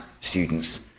students